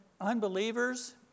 unbelievers